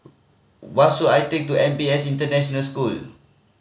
I take to N P S International School